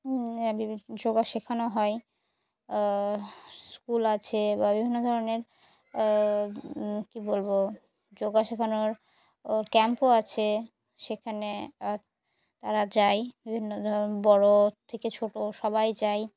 যোগা শেখানো হয় স্কুল আছে বা বিভিন্ন ধরনের কী বলবো যোগা শেখানোর ওর ক্যাম্পও আছে সেখানে তারা যায় বিভিন্ন ধর বড়ো থেকে ছোটো সবাই যায়